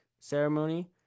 ceremony